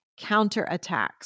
counterattacks